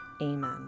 Amen